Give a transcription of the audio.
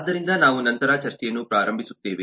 ಆದ್ದರಿಂದ ನಾವು ನಂತರ ಚರ್ಚೆಯನ್ನು ಪ್ರಾರಂಭಿಸುತ್ತೇವೆ